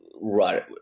right